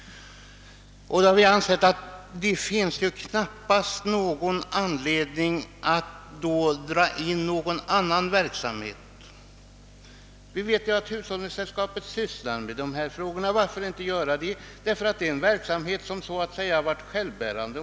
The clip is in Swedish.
Vi har ansett att det knappast finns någon anledning att i detta sammanhang dra in någon annan verksamhet i resonemanget. Vi vet att hushållningssällskapen sysslar med dessa frågor. Det är en verksamhet som så att säga har varit självbärande.